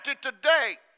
today